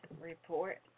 report